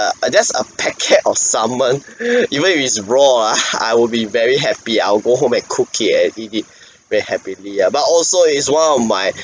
uh just a packet of salmon even if it's raw ah I will be very happy I'll go home and cook it and eat it very happily ah but also it's one of my